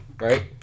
right